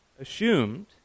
assumed